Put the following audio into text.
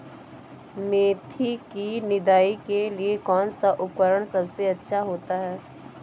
मेथी की निदाई के लिए कौन सा उपकरण सबसे अच्छा होता है?